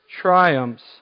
triumphs